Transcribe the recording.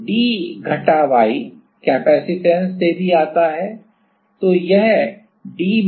तो d घटा y capacitance से भी आता है